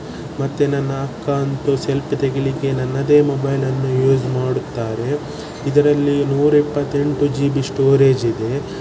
ಮತ್ತೆ ನನ್ನ ಅಕ್ಕ ಅಂತೂ ಸೆಲ್ಪಿ ತೆಗಿಲಿಕ್ಕೆ ನನ್ನದೇ ಮೊಬೈಲನ್ನು ಯೂಸ್ ಮಾಡುತ್ತಾರೆ ಇದರಲ್ಲಿ ನೂರ ಇಪ್ಪತ್ತೆಂಟು ಜಿ ಬಿ ಸ್ಟೋರೆಜ್ ಇದೆ